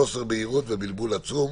חוסר בהירות ובלבול עצום.